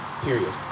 Period